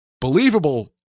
believable